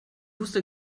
wusste